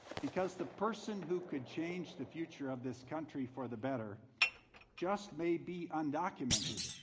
because the person who could change the future of this country for the better just may be undocumented,